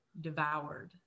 devoured